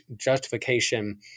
justification